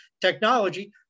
technology